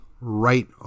right